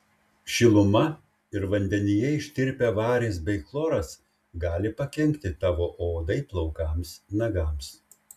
šiluma ir vandenyje ištirpę varis bei chloras gali pakenkti tavo odai plaukams nagams